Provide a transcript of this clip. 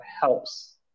helps